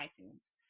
iTunes